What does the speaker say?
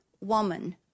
woman